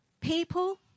People